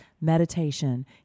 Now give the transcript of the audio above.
meditation